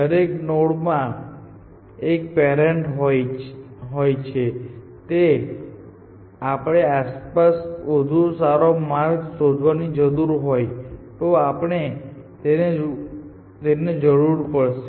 દરેક નોડમાં એક પેરેન્ટ હોય છે તે જો આપણે આસપાસ વધુ સારો માર્ગ શોધવો જરૂરી હોય તો આપણને તેની જરૂર પડશે